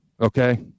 okay